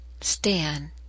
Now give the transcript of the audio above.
stand